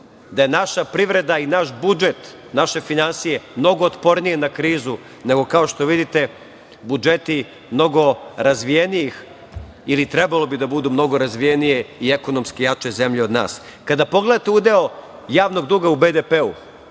da je naša privreda i naš budžet, naše finansije mnogo otpornije na krizu nego, kao što vidite, budžeti mnogo razvijenijih ili trebalo bi da budu mnogo razvijenije i ekonomski jače zemlje od nas. Kada pogledate udeo javnog duga u BDP-u,